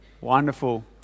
Wonderful